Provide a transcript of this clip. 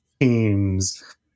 teams